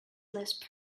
lisp